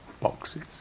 boxes